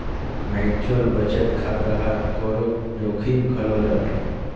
mutual बचत खाता हर थोरोक जोखिम घलो रहथे